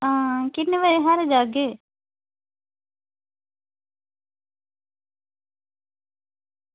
आं किन्ने बजे हारे जाह्गे